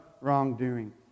wrongdoing